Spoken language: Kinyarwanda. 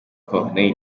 corneille